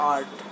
Art